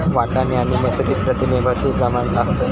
वाटाणे आणि मसूरात प्रथिने भरपूर प्रमाणात असतत